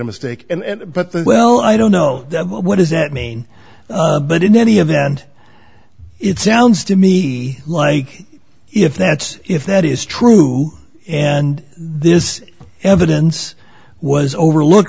a mistake and but the well i don't know what does that mean but in any event it sounds to me like if that's if that is true and this evidence was overlook